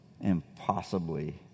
impossibly